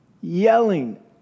yelling